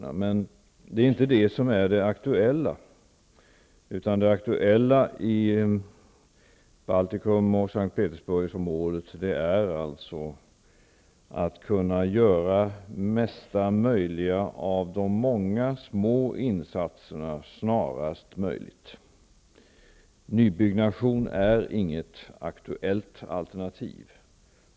Det är emellertid inte detta som är det aktuella, utan det aktuella i Baltikum och S:t Petersburgsområdet är att man gör det mesta möjliga av de många små insatserna snarast möjligt. Nybyggande är inget aktuellt alternativ.